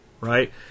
right